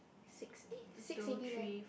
six eh six already leh